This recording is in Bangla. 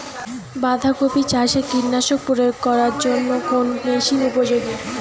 বাঁধা কপি চাষে কীটনাশক প্রয়োগ করার জন্য কোন মেশিন উপযোগী?